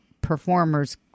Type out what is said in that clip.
performers